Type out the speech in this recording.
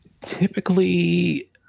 typically